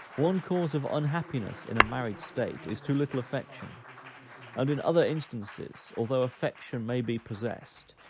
one cause of unhappiness in a married state, is too little affection and in other instances, although affection may be possessed,